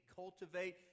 cultivate